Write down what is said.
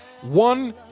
One